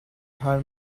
her